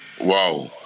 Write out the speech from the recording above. Wow